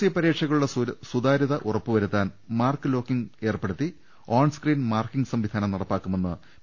C പരീക്ഷകളുടെ സുതാര്യത ഉറപ്പുവരുത്താൻ മാർക്ക് ലോക്കിംഗ് ഏർപ്പെടുത്തി ഓൺസ്ക്രീൻ മാർക്കിംഗ് സംവിധാനം നടപ്പാക്കു മെന്ന് പി